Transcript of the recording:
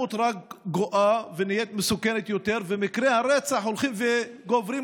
האלימות רק גואה ונהיית מסוכנת יותר ומקרי הרצח הולכים וגוברים,